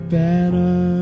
better